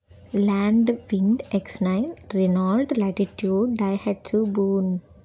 Landwind x nine Reynold latitude డైహెడ్సు భూన్